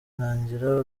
ntangira